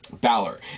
Balor